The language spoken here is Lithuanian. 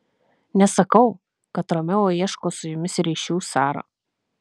nesakau kad romeo ieško su jumis ryšių sara